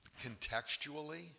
contextually